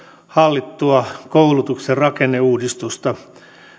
hallittua koulutuksen rakenneuudistusta